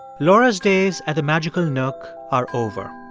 laura's days at the magical nook are over.